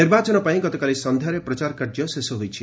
ନିର୍ବାଚନ ପାଇଁ ଗତକାଲି ସନ୍ଧ୍ୟାରେ ପ୍ରଚାର କାର୍ଯ୍ୟ ଶେଷ ହୋଇଛି